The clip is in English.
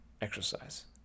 exercise